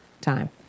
time